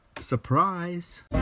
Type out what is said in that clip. surprise